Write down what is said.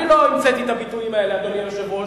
אני לא המצאתי את הביטויים האלה, אדוני היושב-ראש.